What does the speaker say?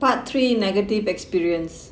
part three negative experience